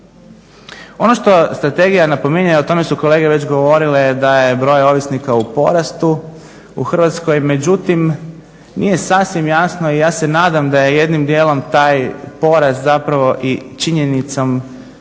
Ono što strategija napominje, a o tome su kolege već govorile je da je broj ovisnika u porastu u Hrvatskoj, međutim nije sasvim jasno i ja se nadam da je jednim dijelom taj porast zapravo i činjenicom da je